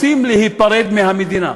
רוצים להיפרד מהמדינה,